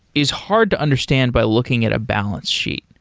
is hard to understand by looking at a balance sheet.